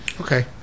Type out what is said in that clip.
Okay